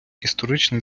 історичний